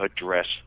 address